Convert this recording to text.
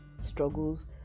struggles